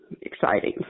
exciting